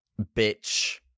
bitch